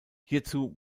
hierzu